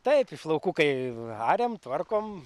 taip iš laukų kai ariam tvarkom